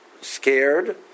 scared